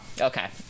okay